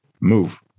move